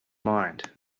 mind